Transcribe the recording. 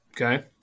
Okay